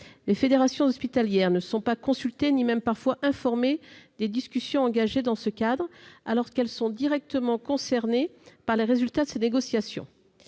Les fédérations hospitalières ne sont pas consultées ni même parfois informées des discussions engagées dans ce cadre alors qu'elles sont directement concernées par les résultats de ces négociations.